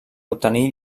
obtenir